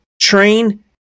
train